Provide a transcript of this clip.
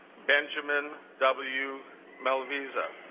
benjamin w mel visa